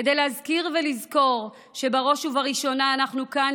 כדי להזכיר ולזכור שבראש ובראשונה אנחנו כאן,